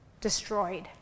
destroyed